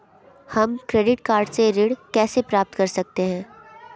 हम credit card से ऋण कैसे प्राप्त कर सकते हैं?